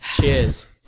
Cheers